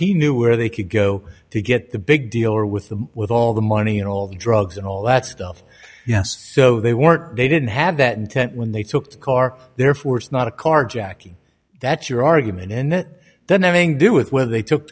he knew where they could go to get the big deal or with the with all the money and all the drugs and all that stuff yes so they weren't they didn't have that intent when they took the car therefore it's not a carjacking that's your argument and then they're going do with whether they took